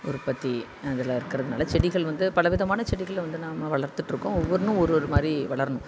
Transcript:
உற்பத்தி அதெல்லாம் இருக்கிறதுனால செடிகள் வந்து பலவிதமான செடிகள் வந்து நாம் வளர்த்திகிட்ருக்கோம் ஒவ்வொன்றும் ஒரொரு மாதிரி வளரணும்